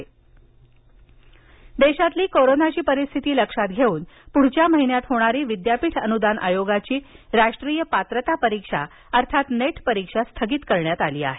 net परीक्षा स्थगित देशातली कोरोनाची परिस्थिती लक्षात घेऊन पुढच्या महिन्यात होणारी विद्यापीठ अनुदान आयोगाची राष्ट्रीय पात्रता परीक्षा अर्थात नेट परीक्षा स्थगित करण्यात आली आहे